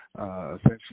Essentially